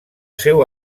seu